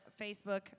Facebook